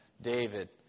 David